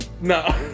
No